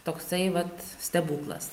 toksai vat stebuklas